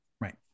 Right